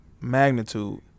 magnitude